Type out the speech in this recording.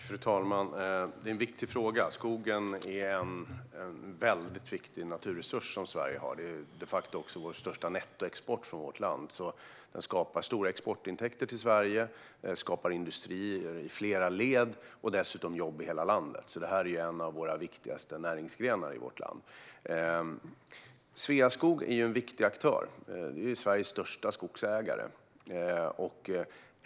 Fru talman! Detta är en viktig fråga. Skogen är en viktig naturresurs som Sverige har. Den utgör de facto också den största nettoexporten från vårt land. Den skapar stora exportintäkter till Sverige, den skapar industri i flera led och den skapar dessutom jobb i hela landet. Skogen är alltså en av de viktigaste näringsgrenarna i vårt land. Sveaskog är en viktig aktör och Sveriges största skogsägare.